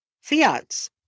Fiat's